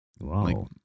Wow